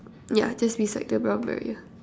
ya just beside the brown barrier